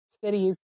cities